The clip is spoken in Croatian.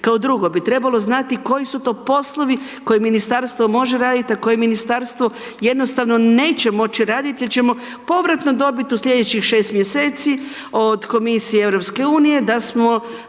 Kao drugo bi trebalo znati koji su to poslovi koje ministarstvo može raditi a koje ministarstvo jednostavno neće moći raditi jer ćemo povratno dobiti u slijedećih 6 mj. od komisije EU-a da smo